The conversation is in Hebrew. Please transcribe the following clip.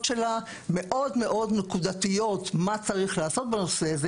שלה מאוד מאוד נקודתיות מה צריך לעשות בנושא הזה